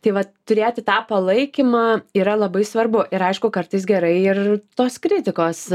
taip vat turėti tą palaikymą yra labai svarbu ir aišku kartais gerai ir tos kritikos